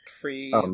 free